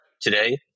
today